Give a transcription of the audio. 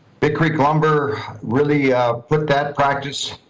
big creek lumber really put that practice